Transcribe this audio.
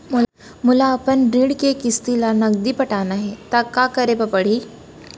मोला अपन ऋण के किसती ला नगदी पटाना हे ता का करे पड़ही?